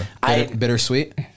Bittersweet